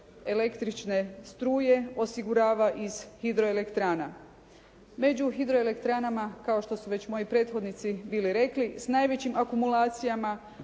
električne struje osigurava iz hidroelektrana. Među hidro elektranama kao što su već moji prethodnici bili rekli s najvećim akumulacijama